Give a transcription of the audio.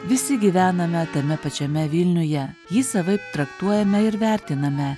visi gyvename tame pačiame vilniuje jį savaip traktuojame ir vertiname